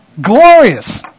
Glorious